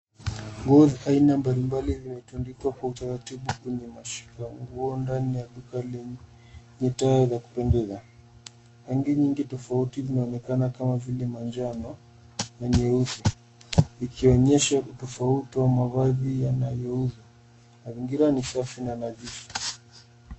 Nguo za aina mbalimbali zimetundikwa kwa utaratibu kwenye mashika nguo ndani ya duka lenye taa za kupendeza. Rangi nyingi tofauti zinaaonekana kama vile manjano na nyeusi ikionyesha utofauti wa mavazi yanayouzwa. Mazingira ni safi na nadhifu.